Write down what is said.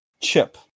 chip